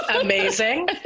amazing